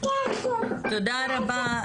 תודה רבה,